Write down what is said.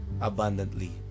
abundantly